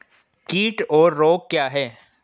कीट और रोग क्या हैं?